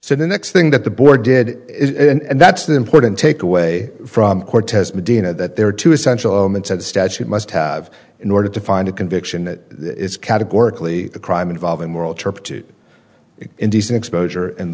so the next thing that the board did and that's the important takeaway from cortez medina that there are two essential elements of the statute must have in order to find a conviction that is categorically a crime involving moral turpitude indecent exposure and